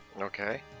Okay